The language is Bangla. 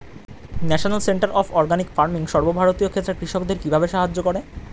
National centre of organic farming সর্বভারতীয় ক্ষেত্রে কৃষকদের কিভাবে সাহায্য করে?